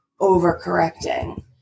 overcorrecting